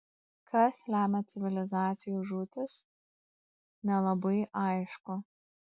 kas lemia civilizacijų žūtis nelabai aišku